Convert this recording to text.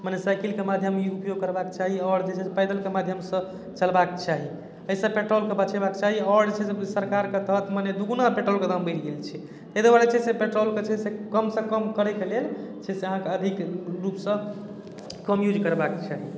मने साइकिलके माध्यम ई उपयोग करबाक चाही आओर जे छै से पैदलके माध्यमसँ चलबाक चाही अइसँ पेट्रोलके बचेबाक चाही आओर छै से सरकारके तऽ मने दुगुना पेट्रोलके दाम बढ़ि गेल छै अइ दुआरे छै से पेट्रोलके छै से कमसँ कम करैके लेल छै से अहाँके अधिक रूपसँ कम यूज करबाक चाही